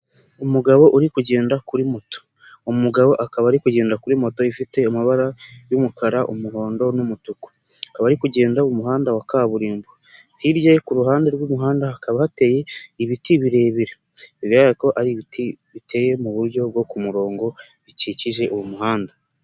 Umugabo uri kugenda kuri moto, umugabo akaba ari kugenda kuri moto ifite amabara y'umukara, umuhondo n'umutuku. Akaba ari kugenda mu muhanda wa kaburimbo. Hirya kuruhande rw'umuhanda hakaba hateye ibiti birebire bigaragara ko ari ibiti biteye mu buryo bwo kumurongo bikikije uwo muhanda.